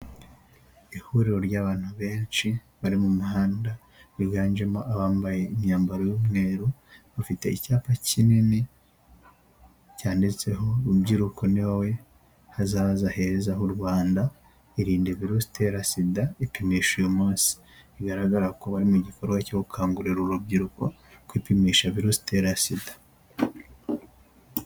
Ihuriro ry'abantu benshi bari mu muhanda biganjemo abambaye imyambaro y'umweru, bafite icyapa kinini cyanditseho rubyiruko ni wowe hazaza heza h'u Rwanda, irinde virusi itera sida, ipimisha uyu munsi bigaragara ko bari mu gikorwa cyo gukangurira urubyiruko kwipimisha virusi itera sida.